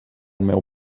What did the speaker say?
meu